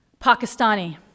Pakistani